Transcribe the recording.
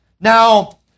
Now